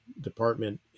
department